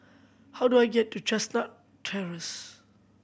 how do I get to Chestnut Terrace